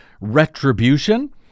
retribution